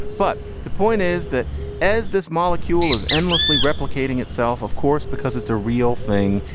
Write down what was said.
but the point is that as this molecule is endlessly replicating itself, of course, because it's a real thing,